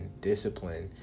discipline